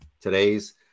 Today's